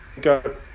Go